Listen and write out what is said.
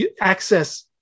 access